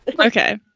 Okay